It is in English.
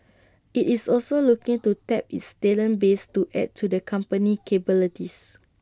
IT is also looking to tap its talent base to add to the company's capabilities